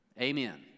Amen